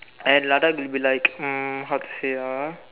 and ladakh will be like um how to say ah